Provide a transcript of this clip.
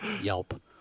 Yelp